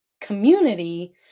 community